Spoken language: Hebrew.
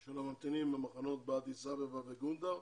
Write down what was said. של הממתינים במחנות באדיס אבבה ובגונדר,